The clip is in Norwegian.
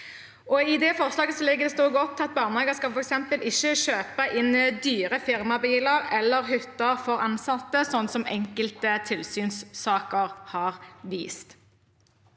I det forslaget ligger det at barnehager f.eks. ikke skal kjøpe inn dyre firmabiler eller hytter for ansatte, sånn som enkelte tilsynssaker har vist.